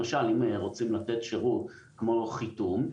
למשל אם רוצים לתת שירות כמו חיתום,